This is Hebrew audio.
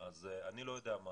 אז אני לא יודע מה